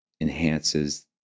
enhances